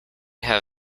have